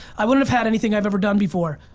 i wouldn't have had anything i've ever done before.